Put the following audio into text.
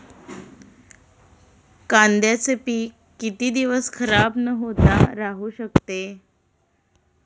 कांद्याचे पीक किती दिवस खराब न होता राहू शकते?